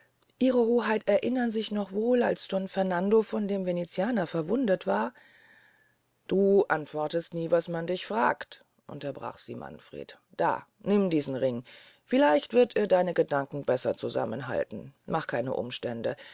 ihre hoheit erinnern sich noch wohl als don fernando von dem venetianer verwundet war du antwortest nie was man dich fragt unterbrach sie manfred da nimm diesen ring vielleicht wird der deine gedanken besser zusammenhalten mach keine umstände